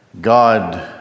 God